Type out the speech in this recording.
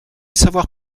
savoir